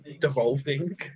devolving